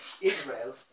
Israel